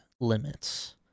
limits